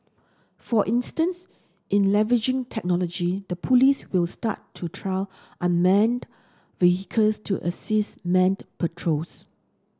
for instance in leveraging technology the police will start to trial unmanned vehicles to assist manned patrols